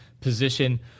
position